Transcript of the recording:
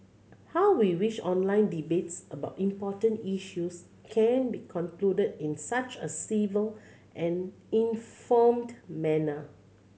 how we wish online debates about important issues can be concluded in such a civil and informed manner